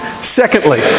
Secondly